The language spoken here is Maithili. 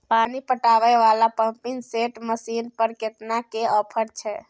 पानी पटावय वाला पंपिंग सेट मसीन पर केतना के ऑफर छैय?